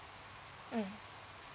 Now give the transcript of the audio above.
mm